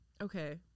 okay